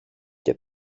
και